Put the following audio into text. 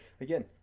again